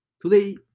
Today